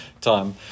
time